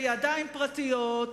לידיים פרטיות,